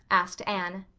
asked anne.